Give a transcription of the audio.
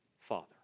Father